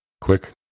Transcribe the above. Quick